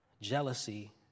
Jealousy